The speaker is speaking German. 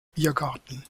biergarten